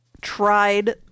tried